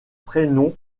prénom